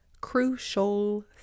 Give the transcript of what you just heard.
crucial